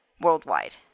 worldwide